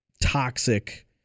toxic